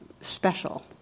special